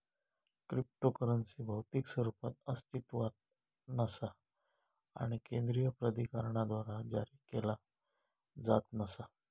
cryptocurrency भौतिक स्वरूपात अस्तित्वात नसा आणि केंद्रीय प्राधिकरणाद्वारा जारी केला जात नसा